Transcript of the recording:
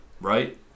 right